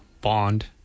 bond